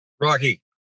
Rocky